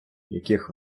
яких